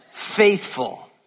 faithful